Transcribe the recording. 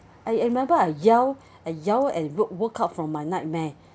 I I remember I yelled I yelled and woke woke up from my nightmare